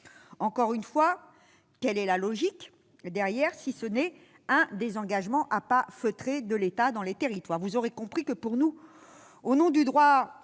Encore une fois, quelle est la logique, si ce n'est un désengagement à pas feutrés de l'État dans les territoires ?